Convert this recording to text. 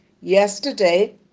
Yesterday